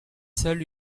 seul